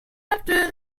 after